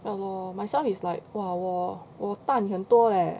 ya lor myself is like !wah! 我我大你很多 leh